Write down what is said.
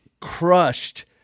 crushed